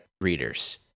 readers